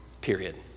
period